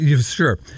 Sure